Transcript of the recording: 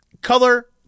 color